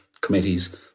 committees